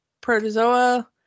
Protozoa